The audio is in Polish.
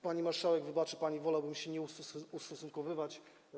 Pani marszałek, wybaczy pani, wolałbym się nie ustosunkowywać.